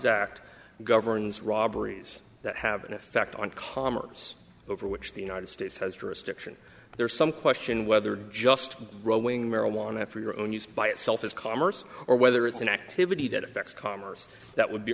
act governs robberies that have an effect on commerce over which the united states has jurisdiction there's some question whether just growing marijuana for your own use by itself is commerce or whether it's an activity that affects commerce that would be